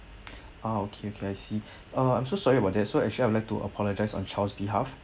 ah okay okay I see uh I'm so sorry about that so actually I would like to apologise on charles' behalf